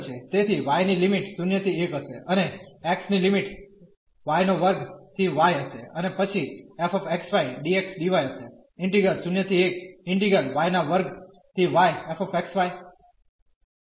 તેથી y ની limit 0 ¿1 હશે અને x ની લિમિટ y2 ¿y હશે અને પછી f x y dx dy હશે